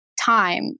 time